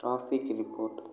traffic report